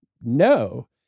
no